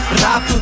rap